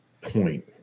point